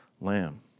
lamb